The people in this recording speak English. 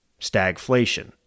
Stagflation